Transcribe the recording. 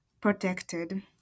protected